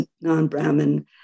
non-Brahmin